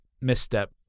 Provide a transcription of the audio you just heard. misstep